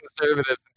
conservatives